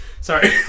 Sorry